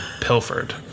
pilfered